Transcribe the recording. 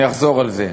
אני אחזור על זה: